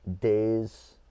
days